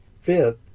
Fifth